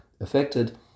affected